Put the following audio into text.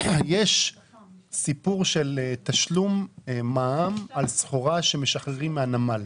יש סיפור של תשלום מע"מ על סחורה שמשחררים מהנמל.